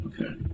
Okay